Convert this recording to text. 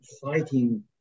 fighting